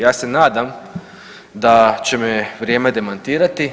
Ja se nadam da će me vrijeme demantirati.